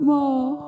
More